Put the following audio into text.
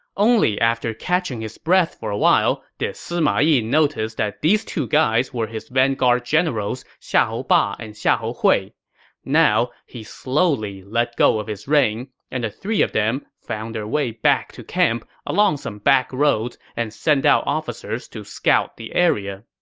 only after catching his breath for a while did sima yi notice that these two guys were his vanguard generals xiahou ba and xiahou hui. now, he slowly let go of his rein, and the three of them found their way back to camp along some backroads and sent out officers to scout the area